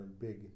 big